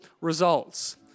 results